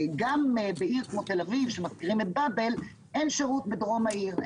בעיר כמו תל אביב, אין שירות בדרום העיר.